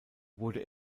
wurde